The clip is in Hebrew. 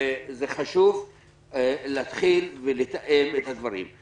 וזה חשוב להתחיל ולתאם את הדברים.